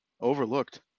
Overlooked